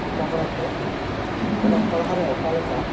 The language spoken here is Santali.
ᱯᱚᱼᱯᱚᱝᱲᱟᱠᱚ ᱚᱞᱚᱜ ᱯᱟᱲᱦᱟᱣᱨᱮ ᱚᱠᱟᱞᱮᱠᱟ